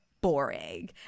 boring